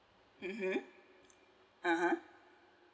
mmhmm (uh huh)